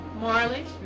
Marley